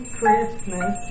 Christmas